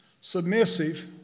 submissive